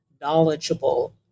knowledgeable